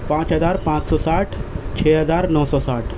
پانچ ہزار پانچ سو ساٹھ چھ ہزار نو سو ساٹھ